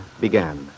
began